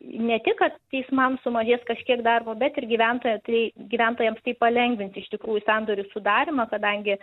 ne tik kad teismams sumažės kažkiek darbo bet ir gyventoja tai gyventojams tai palengvins iš tikrųjų sandorių sudarymą kadangi